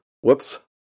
Whoops